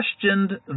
questioned